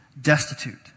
destitute